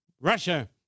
Russia